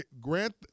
Grant